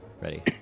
ready